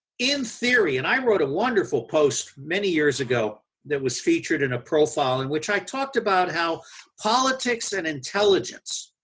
in theory, and i wrote a wonderful post many years ago that was featured in a profile in which i talked about how politics and intelligence